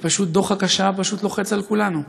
כי פשוט דוחק השעה לוחץ על כולנו,